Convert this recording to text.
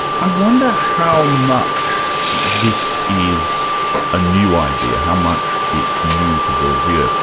i wonder how much this is a new idea, how much it's new to bourdieu? yeah